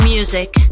Music